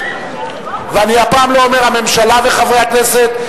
ואני הפעם לא אומר הממשלה וחברי הכנסת,